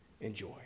enjoy